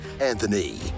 Anthony